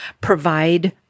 provide